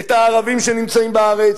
את הערבים שנמצאים בארץ,